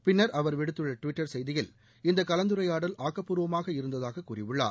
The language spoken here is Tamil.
பின்னா் அவா் விடுத்துள்ள டுவிட்டா் செய்தியில் இந்த கலந்துரையாடல் ஆக்கப்பூர்வமாக இருந்ததாக கூறியுள்ளார்